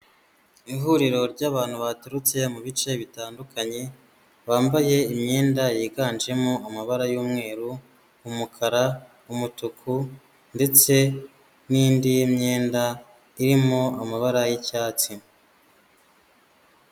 Ihuriro ry'abantu baturutse mu bice bitandukanye bambaye imyenda yiganjemo amabara y'umweru, umukara, umutuku, ndetse n'indi myenda irimo amabara y'icyatsi.